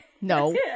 No